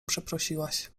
przeprosiłaś